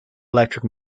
electric